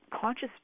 conscious